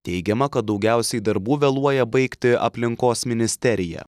teigiama kad daugiausiai darbų vėluoja baigti aplinkos ministerija